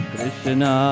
Krishna